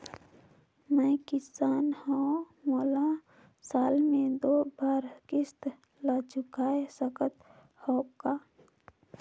मैं किसान हव मोला साल मे दो बार किस्त ल चुकाय सकत हव का?